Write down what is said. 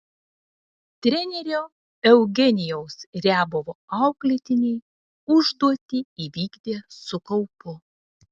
trenerio eugenijaus riabovo auklėtiniai užduotį įvykdė su kaupu